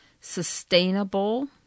Sustainable